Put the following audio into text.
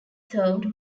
served